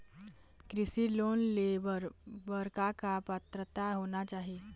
कृषि लोन ले बर बर का का पात्रता होना चाही?